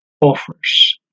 offers